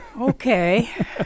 Okay